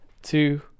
two